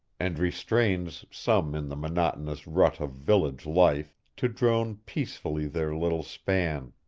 and restrains some in the monotonous rut of village life, to drone peacefully their little span!